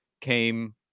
came